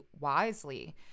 wisely